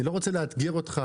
אני לא רוצה לאתגר אותך,